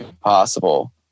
possible